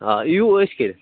آ یِیِو عٲش کٔرِتھ